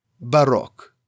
Baroque